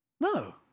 No